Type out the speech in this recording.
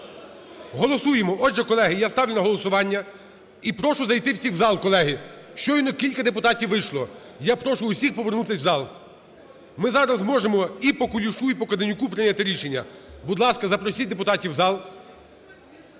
Голосуємо. Отже, колеги, я ставлю на голосування. І прошу зайти всіх в зал, колеги. Щойно кілька депутатів вийшли, я прошу усіх повернутися в зал. Ми зараз зможемо і по Кулішу, і по Каденюку прийняти рішення. Будь ласка, запросіть депутатів в зал.